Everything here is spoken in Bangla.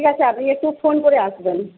ঠিক আছে আপনি একটু ফোন করে আসবেন